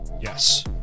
Yes